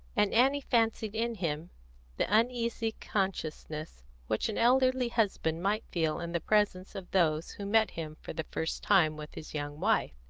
and annie fancied in him the uneasy consciousness which an elderly husband might feel in the presence of those who met him for the first time with his young wife.